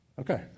Okay